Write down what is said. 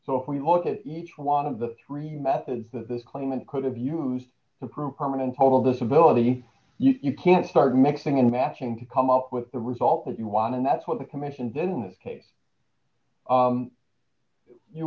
so if we look at each one of the three methods that this claimant could have used to prove permanent total disability you can start mixing and matching to come up with the result that you want and that's what the commissions in this case